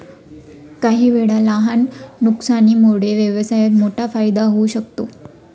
काहीवेळा लहान नुकसानामुळे व्यवसायात मोठा फायदा होऊ शकतो